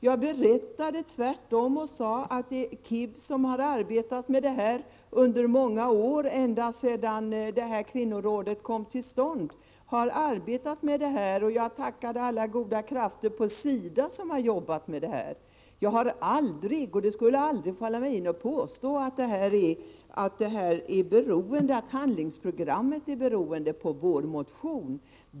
Jag berättade tvärtom att det är KIB som har arbetat med detta under många år, ända sedan kvinnorådet kom till stånd. Jag tackade alla goda krafter på SIDA som har arbetat med detta. Det skulle aldrig falla mig in att påstå att handlingsprogrammet kom till med anledning av vår motion.